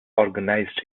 organized